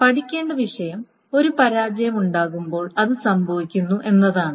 പഠിക്കേണ്ട വിഷയം ഒരു പരാജയം ഉണ്ടാകുമ്പോൾ അത് സംഭവിക്കുന്നു എന്നതാണ്